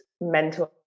mental